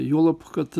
juolab kad